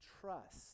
trust